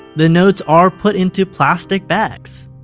the notes are put into plastic bags.